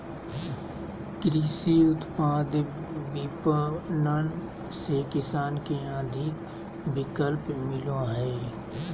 कृषि उत्पाद विपणन से किसान के अधिक विकल्प मिलो हइ